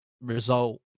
result